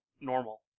normal